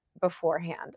beforehand